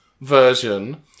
version